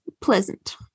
pleasant